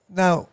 now